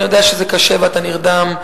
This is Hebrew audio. אני יודע שזה קשה ואתה נרדם.